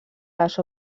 les